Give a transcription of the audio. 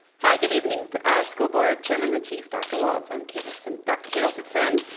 hi, good evening school board, chairman lateef, dr. walts, i'm kate olson, dr. kate olson-flynn.